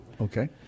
Okay